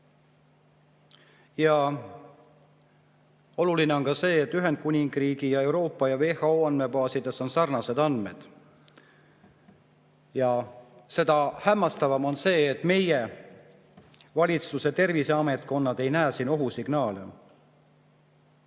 Oluline on ka see, et Ühendkuningriigi ja Euroopa ning WHO andmebaasides on sarnased andmed. Seda hämmastavam on see, et meie valitsuse terviseametkonnad ei näe siin ohusignaale.